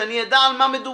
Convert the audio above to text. שאני אדע על מה מדובר.